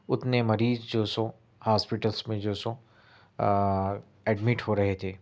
اتنے مریض جو سو ہاسپیٹلس میں جو سو ایڈمٹ ہو رہے تھے